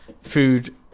food